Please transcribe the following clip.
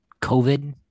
COVID